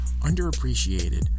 underappreciated